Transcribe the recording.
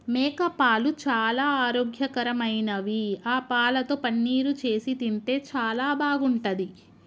మేకపాలు చాలా ఆరోగ్యకరమైనవి ఆ పాలతో పన్నీరు చేసి తింటే చాలా బాగుంటది